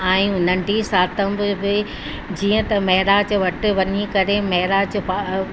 आयूं नन्ढी सातम बि बि जीअं त महिराज वटि वञी करे महिराज पा